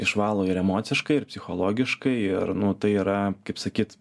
išvalo ir emociškai ir psichologiškai ir nu tai yra kaip sakyt